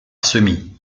semis